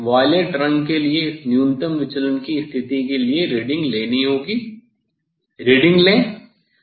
मुझे वायलेट रंग के लिए इस न्यूनतम विचलन की स्थिति के लिए रीडिंग लेनी होगी रीडिंग लें